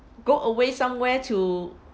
go away somewhere to